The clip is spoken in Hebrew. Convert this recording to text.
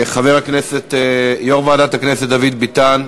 חבר הכנסת יושב-ראש ועדת הכנסת דוד ביטן.